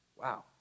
Wow